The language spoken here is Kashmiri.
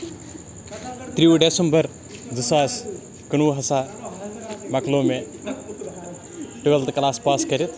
ترٛووُہ ڈسمبر زٕ ساس کُنہٕ وُہ ہسا مۄکلو مےٚ ٹُویلتھ کَلاس پاس کٔرِتھ